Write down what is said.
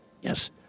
Yes